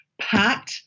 pat